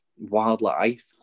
wildlife